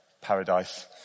paradise